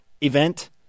event